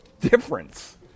difference